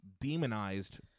demonized